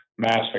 mass